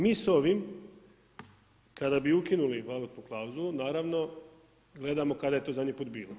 Mi s ovim kada bi ukinuli valutnu klauzulu, naravno, gledamo kada je to zadnji put bilo.